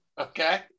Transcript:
Okay